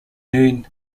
noon